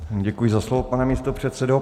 Děkuji za slovo, pane místopředsedo.